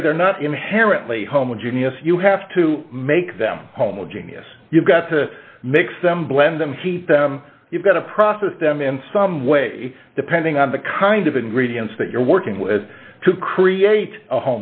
say they're not inherently homogeneous you have to make them homogeneous you've got to mix them blend them heat them you've got to process them in some way depending on the kind of ingredients that you're working with to create a